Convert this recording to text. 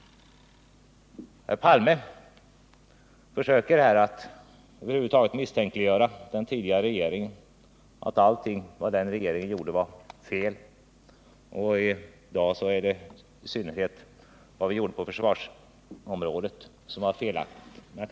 Herr Palme försöker misstänkliggöra den tidigare regeringen och menar att allt vad den gjorde var fel. I dag är det i synnerhet vad vi gjorde på försvarsområdet som var felaktigt.